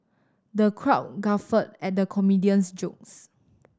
the crowd guffawed at the comedian's jokes